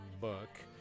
book